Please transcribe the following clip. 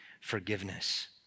forgiveness